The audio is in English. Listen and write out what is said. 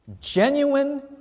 genuine